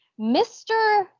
Mr